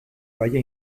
valle